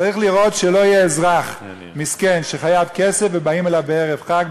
צריך לראות שלא יהיה אזרח מסכן שחייב כסף ובאים אליו בערב חג,